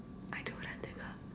I don't